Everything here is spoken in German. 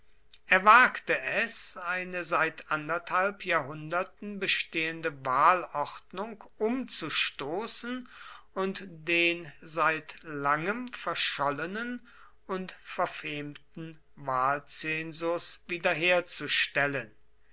er wagte es eine seit anderthalb jahrhunderten bestehende wahlordnung umzustoßen und den seit langem verschollenen und verfemten wahlzensus wiederherzustellen